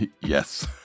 Yes